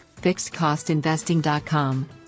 FixedCostInvesting.com